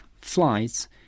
flights